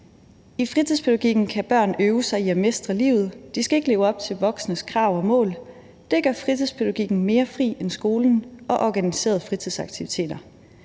I fritidspædagogikken kan børn øve sig i at mestre livet. De skal ikke leve op til voksnes krav og mål. Det gør fritidspædagogikken mere fri end skolen og organiserede fritidsaktiviteter.